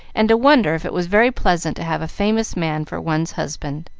and to wonder if it was very pleasant to have a famous man for one's husband.